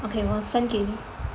okay 我 send 给你